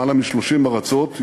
למעלה מ-30 ארצות,